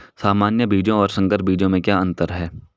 सामान्य बीजों और संकर बीजों में क्या अंतर है?